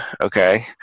Okay